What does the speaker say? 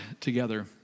together